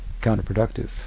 counterproductive